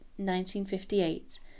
1958